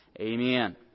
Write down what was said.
Amen